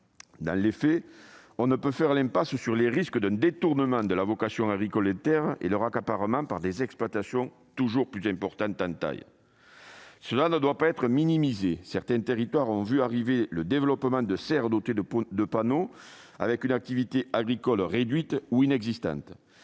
Dans les faits, on ne peut faire l'impasse sur les risques de détournement des terres de leur vocation agricole et d'accaparement par des exploitations toujours plus importantes. Cela ne doit pas être minimisé : dans certains territoires, on a assisté au développement de serres dotées de panneaux avec une activité agricole réduite ou inexistante.